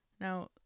Now